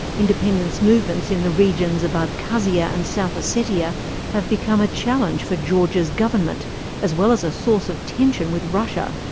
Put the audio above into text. independence movements in the regions of abkhazia and south ossetia ah have become a challenge for georgia's government as well as a source of tension with russia,